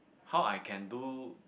how I can do